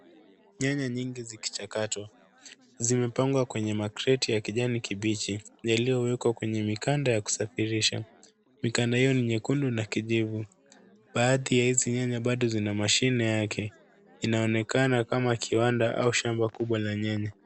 Nyanya nyingi zikichakatwa. Zimepangwa kwenye makreti ya kijani kibichi yaliyowekwa kwenye mikanda wa kusafirisha. Mikanda hio ni nyekundu na kijivu. Baadhi ya hizi nyanya bado zina mashine yake. Inaonekana kama kiwanda au shamba kubwa la nyanya.